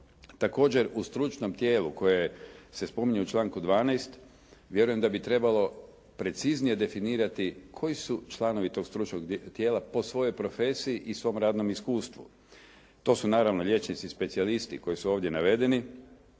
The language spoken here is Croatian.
Također, u stručnom tijelu koje se spominje u članku 12. vjerujem da bi trebalo preciznije definirati koji su članovi tog stručnog tijela po svojoj profesiji i svom radnom iskustvu. To su naravno liječnici specijalisti koji su ovdje navedeni.